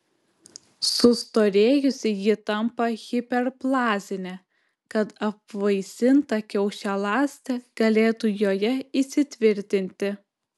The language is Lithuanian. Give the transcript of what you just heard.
sustorėjusi ji tampa hiperplazinė kad apvaisinta kiaušialąstė galėtų joje įsitvirtinti